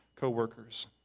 co-workers